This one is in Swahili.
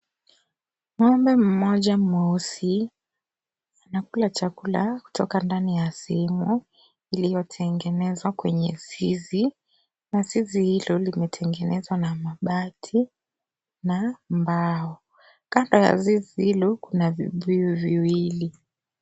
Ng'ombe mmoja mweusi anakula chakula kutoka ndani ya sinki iliyotengenezwa kwenye zizi na zizi hilo limetengenezwa na mabati na mbao. Kando ya zizi hilo kuna vibuyu viwili.